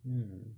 mm